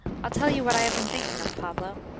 i'll tell you what i have been thinking of, pablo.